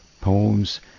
poems